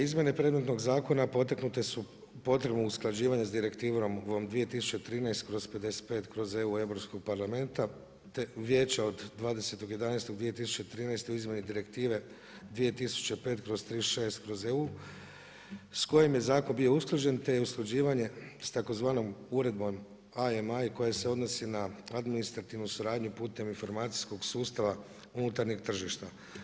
Izmjene predmetnog zakona potakle su potrebu usklađivanja s direktivom 2013/55/EU Europskog parlamenta te Vijeća od 20.11.2013. o izmjeni direktive 2005/36/EU s kojim je zakon bio usklađen te je usklađivanje s tzv. uredbom … koja se odnosi na administrativnu suradnju putem informacijskog sustava unutarnjeg tržišta.